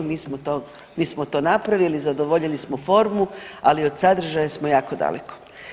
Mi smo to napravili, zadovoljili smo formu, ali od sadržaja smo jako daleko.